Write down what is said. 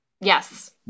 Yes